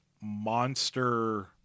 monster